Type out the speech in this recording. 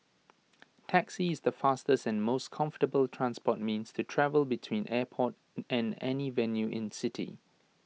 taxi is the fastest and most comfortable transport means to travel between airport and any venue in city